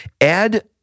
Add